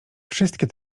wszystkie